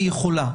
היא יכולה,